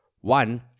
One